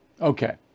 Okay